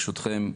ברשותכם,